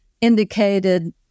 indicated